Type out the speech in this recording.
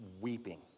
weeping